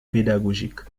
pédagogique